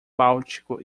báltico